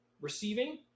receiving